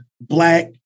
black